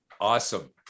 Awesome